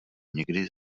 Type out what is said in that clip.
někdy